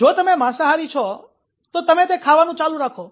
જો તમે માંસાહારી છો તો તમે તે ખાવાનું ચાલુ રાખો